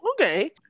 okay